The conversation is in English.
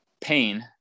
pain